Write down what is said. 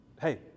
hey